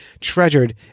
treasured